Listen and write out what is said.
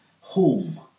home